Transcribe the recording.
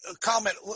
comment